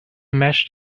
mashed